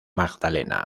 magdalena